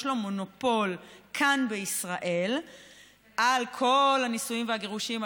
לו מונופול כאן בישראל על כל הנישואים והגירושים,